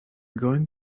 going